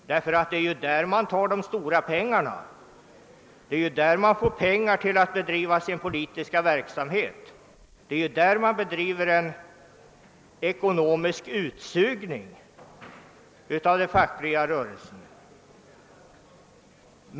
Det är ju från den fackliga rörelsen man får de stora pengarna till att bedriva sin politiska verksamhet, och man bedriver en ekonomisk utsugning av den fackliga rörelsen.